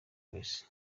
wese